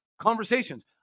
conversations